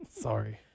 Sorry